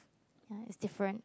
ya is different